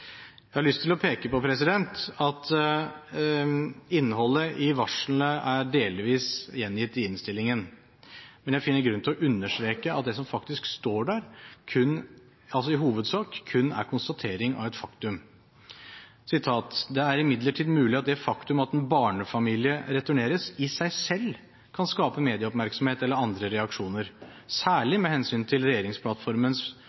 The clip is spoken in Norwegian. Jeg har lyst til å peke på at innholdet i varslene er delvis gjengitt i innstillingen, men jeg finner grunn til å understreke at det som faktisk står der, i hovedsak kun er konstatering av et faktum: «Det er imidlertid mulig at det faktum at en barnefamilie tvangsreturneres, i seg selv kan skape medieoppmerksomhet eller andre reaksjoner, særlig